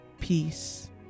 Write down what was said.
peace